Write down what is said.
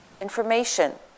information